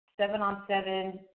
seven-on-seven